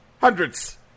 hundreds